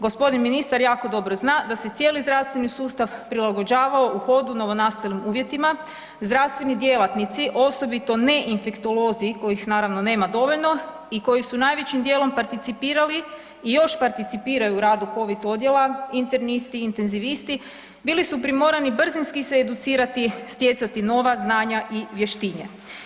G. ministar jako dobro zna da se cijeli zdravstveni sustav prilagođavao u hodu novonastalim uvjetima, zdravstveni djelatnici osobito ne infektolozi kojih naravno nema dovoljno i koji su najvećim dijelom participirali i još participiraju u radu covid odjela, internisti, intezivisti bili su primorani brzinski se educirati, stjecati nova znanja i vještine.